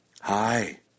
Hi